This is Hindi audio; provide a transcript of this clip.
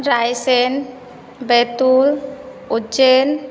जायसेन बैतूर उज्जैन